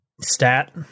stat